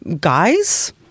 guys